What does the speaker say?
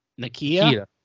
Nakia